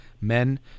men